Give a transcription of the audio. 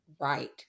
right